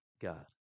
God